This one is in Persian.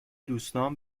دوستام